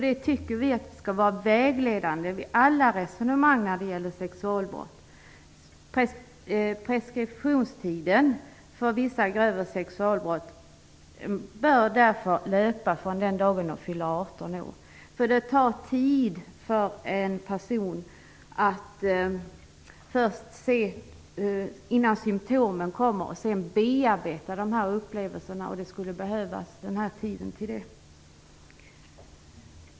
Det tycker vi skall vara vägledande vid alla resonemang när det gäller sexualbrott. Preskriptionstiden för vissa grövre sexualbrott bör därför löpa från den dag offret fyller 18 år. Det tar tid för en person att bearbeta sina upplevelser från det att symtomen visar sig. Den förlängda preskriptionstiden skulle behövas för detta.